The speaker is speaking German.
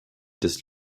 des